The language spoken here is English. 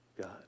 God